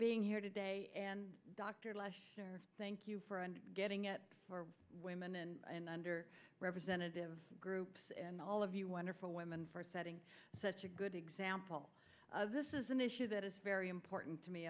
being here today and dr lash thank you for and getting it for women and under representative groups and all of you wonderful women for setting such a good example of this is an issue that is very important to me